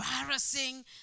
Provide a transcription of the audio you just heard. embarrassing